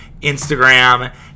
Instagram